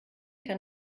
kann